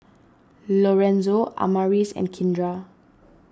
Lorenzo Amaris and Kindra